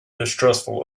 distrustful